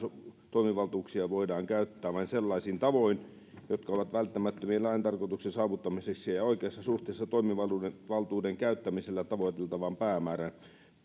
toimivaltuuksia voidaan käyttää vain sellaisin tavoin jotka ovat välttämättömiä lain tarkoituksen saavuttamiseksi ja ja oikeassa suhteessa toimivaltuuden käyttämisellä tavoiteltavaan päämäärään ja